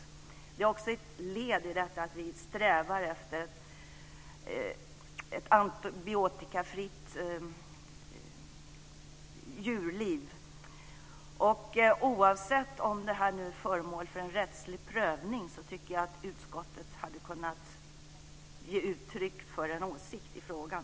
Det är också ett led i detta att vi strävar efter ett antibiotikafritt djurliv. Oavsett om det här nu är föremål för en rättslig prövning, tycker jag att utskottet hade kunnat ge uttryck för en åsikt i frågan.